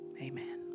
Amen